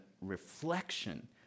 reflection